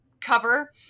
cover